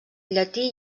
llatí